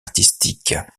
artistiques